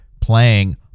playing